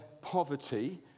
poverty